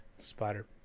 Spider